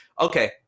Okay